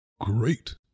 great